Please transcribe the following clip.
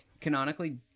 canonically